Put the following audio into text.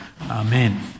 Amen